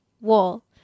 wall